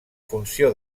funció